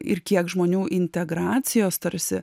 ir kiek žmonių integracijos tarsi